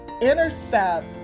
intercept